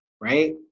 right